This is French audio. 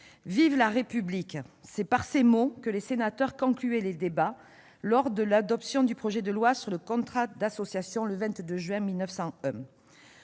Vive la République !»: c'est par ces mots que les sénateurs conclurent leurs débats lors de l'adoption du projet de loi relatif au contrat d'association, le 22 juin 1901.